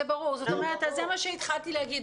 אז זה בדיוק מה שהתחלתי להגיד.